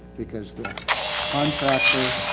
because the contractor.